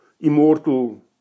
immortal